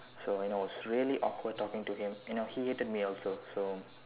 so you know it was really awkward talking to him you know he hated me also so